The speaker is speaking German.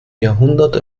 jahrhundert